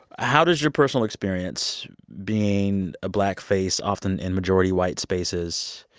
how does your personal experience being a black face often in majority white spaces,